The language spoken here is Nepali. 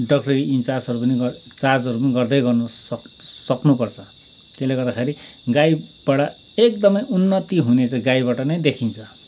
डक्टरी इन्चार्जहरू पनि गर्दै चार्जहरू पनि गर्दै गर्नु सक सक्नुपर्छ त्यसले गर्दाखेरि गाईबाट एकदमै उन्नति हुने चाहिँ गाईबाट नै देखिन्छ